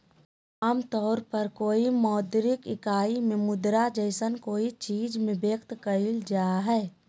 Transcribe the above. आमतौर पर कोय मौद्रिक इकाई में मुद्रा जैसन कोय चीज़ में व्यक्त कइल जा हइ